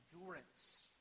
endurance